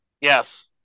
Yes